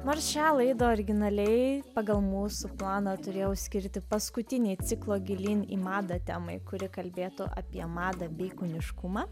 nors šią laidą originaliai pagal mūsų planą turėjau skirti paskutinėje ciklo gilyn į madą temai kuri kalbėtų apie madą bei kūniškumą